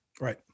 Right